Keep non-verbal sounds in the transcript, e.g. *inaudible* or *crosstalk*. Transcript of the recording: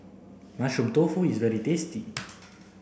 mushroom tofu is very tasty *noise*